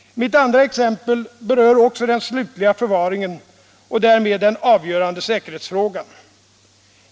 Mitt andra exempel berör också den slutliga förvaringen och därmed den avgörande säkerhetsfrågan.